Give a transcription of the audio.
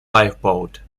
lifeboat